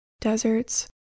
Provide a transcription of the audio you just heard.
deserts